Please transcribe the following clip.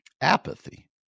Apathy